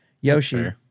Yoshi